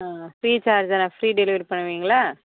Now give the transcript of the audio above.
ஆ free charge தான் free delivery பண்ணுவீங்களா